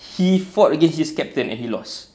he fought against his captain and he lost